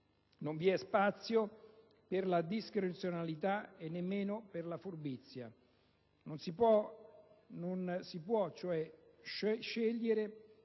Non vi è spazio per la discrezionalità e nemmeno per la furbizia. Non si può, cioè, scegliere